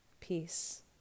peace